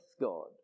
God